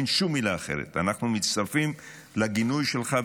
אין שום מילה אחרת, ואנחנו מצפים לגינוי שלך.